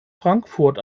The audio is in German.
frankfurt